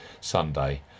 Sunday